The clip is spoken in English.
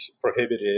prohibited